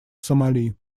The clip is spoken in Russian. сомали